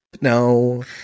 No